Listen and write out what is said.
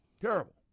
Terrible